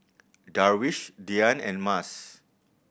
Darwish Dian and Mas